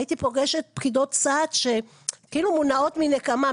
הייתי פוגשת פקידות סעד שכאילו מונעות מנקמה,